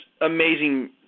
amazing